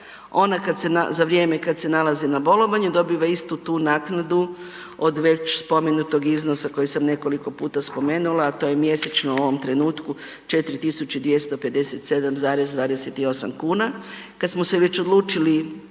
ona za vrijeme kada se nalazi na bolovanju dobiva isti tu naknadu od već spomenutog iznosa koji sam nekoliko puta spomenula, a to je mjesečno u ovom trenutku 4.257,28 kuna, kada smo se već predložiti